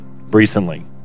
recently